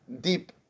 deep